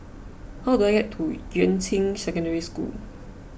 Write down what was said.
how do I get to Yuan Ching Secondary School